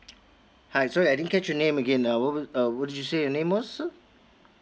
hi sir I didn't catch your name again uh what would uh what would you say your name was sir